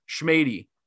Schmady